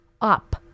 up